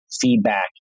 feedback